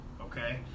okay